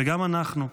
וגם אנחנו,